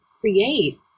create